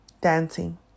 Dancing